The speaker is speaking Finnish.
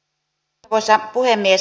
arvoisa puhemies